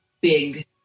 big